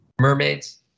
Mermaids